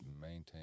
maintain